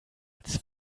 als